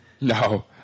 No